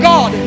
God